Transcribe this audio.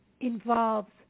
involves